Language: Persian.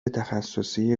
تخصصی